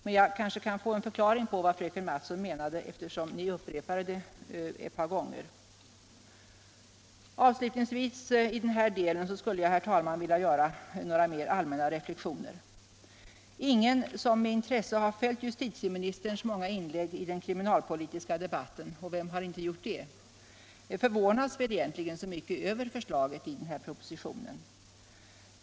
Men jag kanske kan få en förklaring på vad fröken Mattson menade, eftersom ni upprepade detta ett par gånger. Herr talman! Avslutningsvis skulle jag vilja göra några mer allmänna reflexioner. Ingen som med intresse följt justitieministerns många inlägg i den kriminalpolitiska debatten — och vem har inte gjort det — förvånas väl egentligen så mycket över förslaget i den här propositionen.